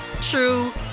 true